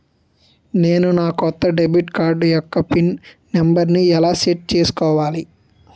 నేను నా కొత్త డెబిట్ కార్డ్ యెక్క పిన్ నెంబర్ని ఎలా సెట్ చేసుకోవాలి?